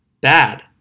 Bad